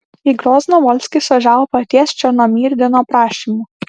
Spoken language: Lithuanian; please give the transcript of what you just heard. į grozną volskis važiavo paties černomyrdino prašymu